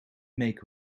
make